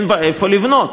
אין בה איפה לבנות.